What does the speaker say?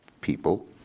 people